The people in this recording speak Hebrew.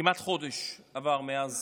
כמעט חודש עבר מאז